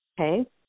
okay